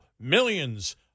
millions